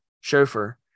chauffeur